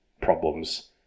problems